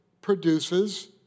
produces